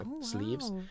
sleeves